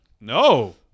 No